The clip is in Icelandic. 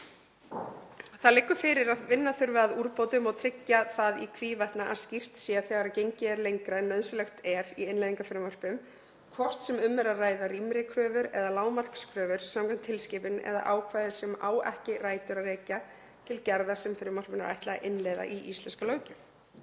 Það liggur fyrir að vinna þurfi að úrbótum og tryggja það í hvívetna að skýrt sé þegar gengið er lengra en nauðsynlegt er í innleiðingarfrumvörpum, hvort sem um er að ræða rýmri kröfur eða lágmarkskröfur samkvæmt tilskipun eða ákvæði sem á ekki rætur að rekja til gerða sem frumvarpinu er ætlað að innleiða í íslenska löggjöf.